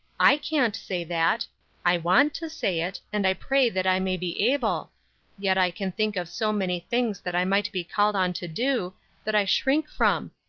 i can't say that i want to say it, and i pray that i may be able yet i can think of so many things that i might be called on to do that i shrink from.